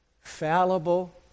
fallible